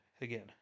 again